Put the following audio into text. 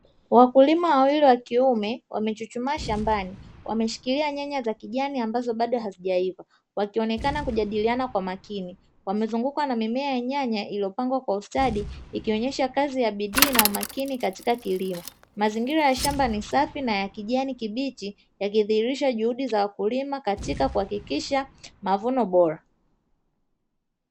Wakulima wawili wa kiume wamechuchumaa shambani, wameshikilia nyanya za kijani ambazo bado hazijaiva, wakionekana kujadiliana kwa makini. Wamezungukwa na mimea ya nyanya iliyopangwa kwa ustadi, ikionesha kazi ya bidii na umakini katika kilimo. Mazingira ya shamba ni safi na ya kijani kibichi, yakidhihirisha juhudi za wakulima katika kuhakikisha mavuno bora.